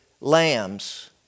lambs